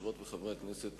חברות וחברי הכנסת,